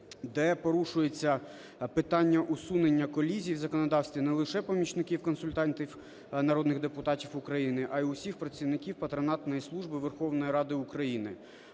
де порушується питання усунення колізій в законодавстві не лише помічників-консультантів народних депутатів України, а й усіх працівників патронатної служби Верховної Ради України.